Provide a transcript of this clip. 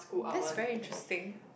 that's very interesting